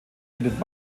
findet